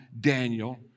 Daniel